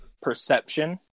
perception